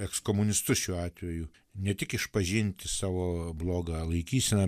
ekskomunistus šiuo atveju ne tik išpažinti savo blogą laikyseną